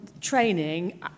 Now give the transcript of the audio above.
training